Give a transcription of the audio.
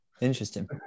interesting